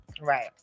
Right